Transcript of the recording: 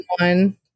one